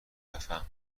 بفهمم